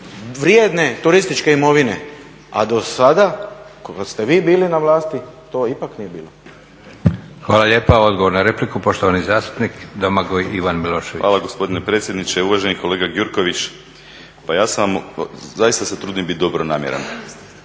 vrijedne turističke imovine, a do sada kada ste vi bili na vlasti to ipak nije bilo. **Leko, Josip (SDP)** Hvala lijepa. Odgovor na repliku, poštovani zastupnik Domagoj Ivan Milošević. **Milošević, Domagoj Ivan (HDZ)** Hvala gospodine predsjedniče. Uvaženi kolega Gjurković, pa ja se zaista trudim biti dobronamjeran,